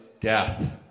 death